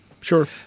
Sure